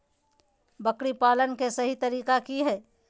बकरी पालन के सही तरीका की हय?